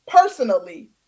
personally